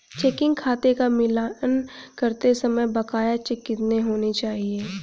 Checking खाते का मिलान करते समय बकाया चेक कितने होने चाहिए?